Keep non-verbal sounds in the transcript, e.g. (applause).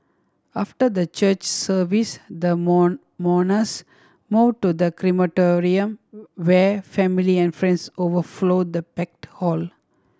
after the church service the (unintelligible) mourners moved to the crematorium where family and friends overflowed the packed hall